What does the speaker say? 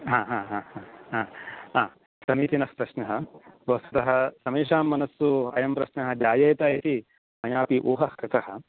हा हा हा हा हा हा समीचीनः प्रश्नः वस्तुतः समेषां मनस्सु अयं प्रश्नः जायेत इति मयापि ऊहः कृतः